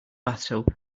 bathtub